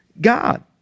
God